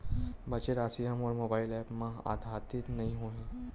बचे राशि हा मोर मोबाइल ऐप मा आद्यतित नै होए हे